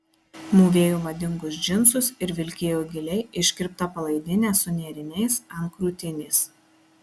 mūvėjo madingus džinsus ir vilkėjo giliai iškirptą palaidinę su nėriniais ant krūtinės